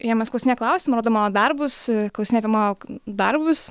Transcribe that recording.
jie manęs klausinėja klausimų rodo darbus klausinėja apie mano darbus